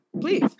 Please